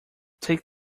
take